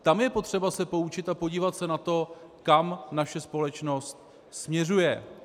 Tam je potřeba se poučit a podívat se na to, kam naše společnost směřuje.